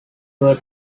were